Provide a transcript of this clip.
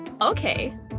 Okay